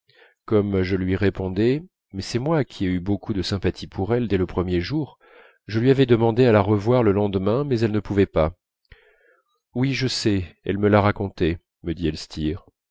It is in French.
comme je lui répondais mais c'est moi qui ai eu beaucoup de sympathie pour elle dès le premier jour je lui avais demandé à la revoir le lendemain mais elle ne pouvait pas oui je sais elle me l'a raconté me dit elstir